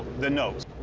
the note.